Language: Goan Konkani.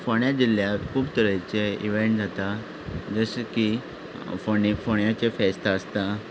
फोंड्या जिल्ल्यांत खूब तरेचे इव्हेंट जाता जशें की फोंडें फोंड्याचें फेस्त आसता